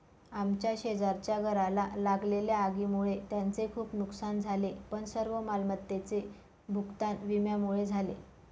आमच्या शेजारच्या घराला लागलेल्या आगीमुळे त्यांचे खूप नुकसान झाले पण सर्व मालमत्तेचे भूगतान विम्यामुळे झाले